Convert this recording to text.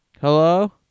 Hello